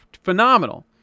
phenomenal